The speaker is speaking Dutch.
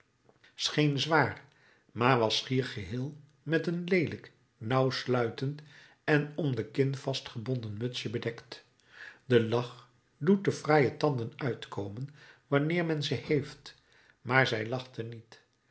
scheen zwaar maar was schier geheel met een leelijk nauwsluitend en om de kin vastgebonden mutsje bedekt de lach doet de fraaie tanden uitkomen wanneer men ze heeft maar zij lachte niet